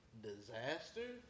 disaster